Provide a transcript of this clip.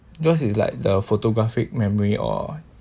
yours is like the photographic memory or